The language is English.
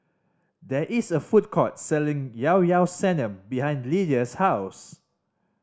there is a food court selling Llao Llao Sanum behind Lidia's house